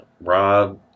Rob